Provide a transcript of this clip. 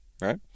right